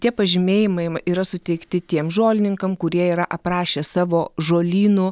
tie pažymėjimai m yra suteikti tiem žolininkam kurie yra aprašę savo žolynų